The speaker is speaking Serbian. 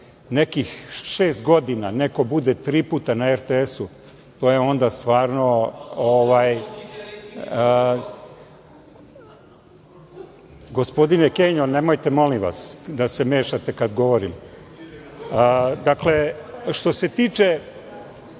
nekih šest godina neko bude tri puta na RTS-u…Gospodine Keno, nemojte, molim vas, da se mešate kad govorim. Dakle, što se tiče